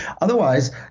otherwise